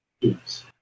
Yes